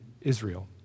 Israel